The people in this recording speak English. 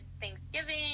Thanksgiving